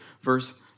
Verse